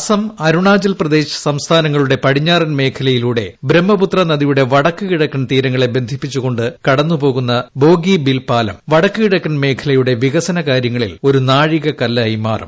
ആസാം അരുണാചൽപ്രദേശ് സംസ്ഥാനങ്ങളുടെ പടിഞ്ഞാറൻ മേഖലയിലൂടെ ബ്രഹ്മപുത്ര നദിയുടെ വടക്ക് കിഴക്കൻ തീരങ്ങളെ ബന്ധിപ്പിച്ച് കൊണ്ട് കടന്നു പോകുന്ന ബോഗിബീൽ പാലം വടക്ക് കിഴക്കൻ മേഖലയുടെ വികസന കാര്യങ്ങളിൽ ഒരു നാഴിക കല്ലായി മാറും